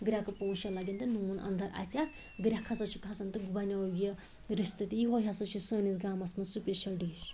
گرٛیٚکہٕ پانٛژھ شےٚ لگان تہٕ نوٗن انٛدر اَژیٚکھ گرٛیٚکھ ہَسا چھِ کھَسان تہٕ بَنیٛو یہِ رِستہٕ تہِ یہوے ہَسا چھُ سٲنِس گامَس مَنٛز سپیشَل ڈِش